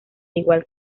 igual